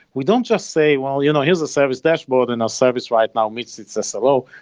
we don't just say, well, you know here's a service dashboard and our service right now meets its slo.